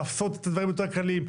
לעשות את הדברים יותר קלים.